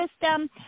system